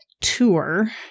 tour